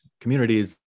communities